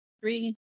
three